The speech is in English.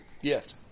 Yes